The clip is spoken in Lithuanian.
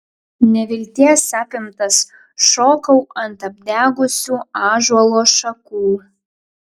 nevilties apimtas šokau ant apdegusių ąžuolo šakų